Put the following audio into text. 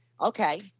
Okay